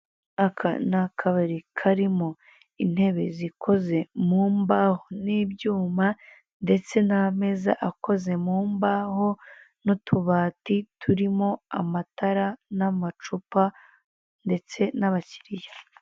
Aka ni akabari karimo intebe zikoze mu mbaho n'ibyuma ndetse n'ameza akoze mu mbaho n'utubati turimo amatara n'amacupa ndetse n'abakiriya.